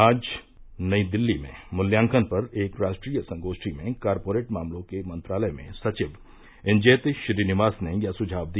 आज नई दिल्ली में मूल्यांकन पर एक राष्ट्रीय संगोप्ठी में कॉरपोरेट मामलों के मंत्रालय में सचिव इंजेति श्रीनिवास ने यह सुझाव दिया